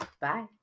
Bye